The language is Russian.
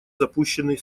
запущенный